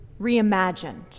reimagined